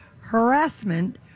harassment